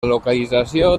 localització